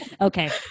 Okay